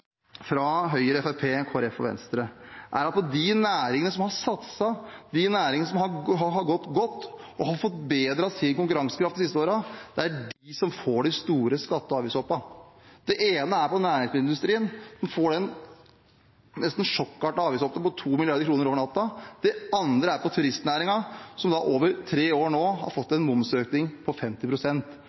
fra Høyre, Fremskrittspartiet, Kristelig Folkeparti og Venstre, er at de næringene som har satset, de næringene som har gått bra og har forbedret sin konkurransekraft de senere årene, er de som får de store skatte- og avgiftshoppene. Den ene er næringsmiddelindustrien, som får det nesten sjokkartede avgiftshoppet på over 2 mrd. kr over natten. Den andre er turistnæringen, som over tre år nå har fått en momsøkning på